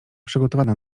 przygotowana